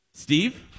Steve